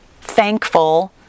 thankful